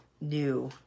new